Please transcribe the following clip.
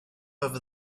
over